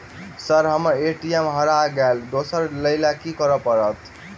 Sir हम्मर ATM हरा गइलए दोसर लईलैल की करऽ परतै?